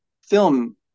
film